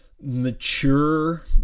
mature